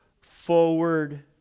forward